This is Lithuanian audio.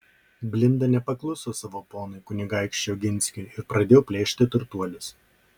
blinda nepakluso savo ponui kunigaikščiui oginskiui ir pradėjo plėšti turtuolius